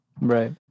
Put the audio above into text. right